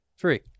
three